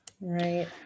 Right